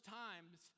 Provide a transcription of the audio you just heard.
times